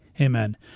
Amen